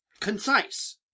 Concise